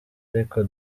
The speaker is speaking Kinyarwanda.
ariko